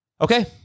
Okay